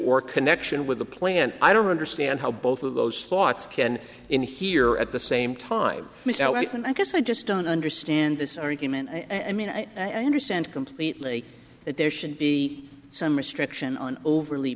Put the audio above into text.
or connection with the plan i don't understand how both of those thoughts can in here at the same time and i guess i just don't understand this argument i mean i understand completely that there should be some restriction on overly